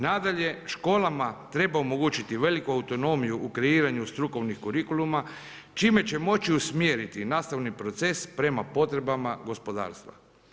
Nadalje, školama treba omogućiti veliku autonomiju u kreiranju strukovnih kurikuluma, čime će moći usmjeriti nastavni proces prema potrebama gospodarstva.